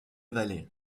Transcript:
valle